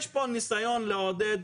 יש פה ניסיון לעודד,